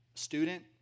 Student